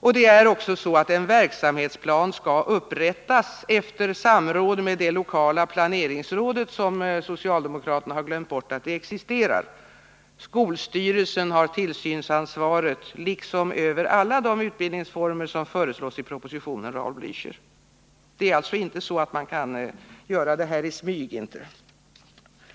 Och det är så att en verksamhetsplan skall upprättas efter samråd med det lokala planeringsrådet. Socialdemokraterna har glömt bort att det existerar. Skolstyrelsen har tillsynsansvaret över alla de utbildningsformer som föreslås i propositionen, Raul Blächer. Det är alltså inte så att man kan göra det här i smyg.